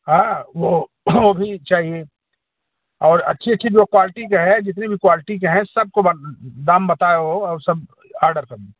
हाँ वह वह भी चाहिए और अच्छी अच्छी जो क्वालिटी के है जितनी भी क्वालिटी के हैं सबको दाम बताओ और सब आर्डर कर दो